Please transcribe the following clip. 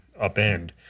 upend